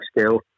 skill